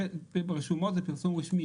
ברשומות זה פרסום רשמי.